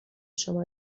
شما